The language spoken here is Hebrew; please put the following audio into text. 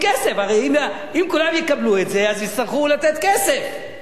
הרי אם כולם יקבלו את זה, אז יצטרכו לתת כסף.